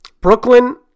Brooklyn